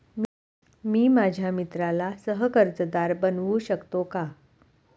मी माझ्या मित्राला सह कर्जदार बनवू शकतो का?